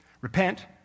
Repent